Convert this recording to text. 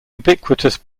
ubiquitous